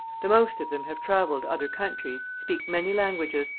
the most of them have travelled other countries, speak many languages,